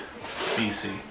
BC